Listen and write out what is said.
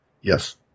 Yes